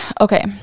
Okay